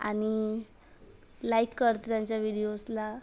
आणि लाइक करते त्यांच्या विडीओजला